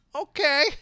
Okay